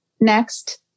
Next